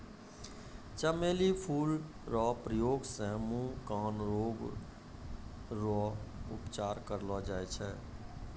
चमेली फूल रो प्रयोग से मुँह, कान रोग रो उपचार करलो जाय छै